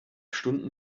stunden